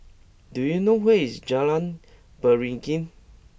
do you know where is Jalan Beringin